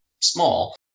small